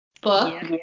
book